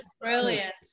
brilliant